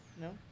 No